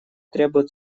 требует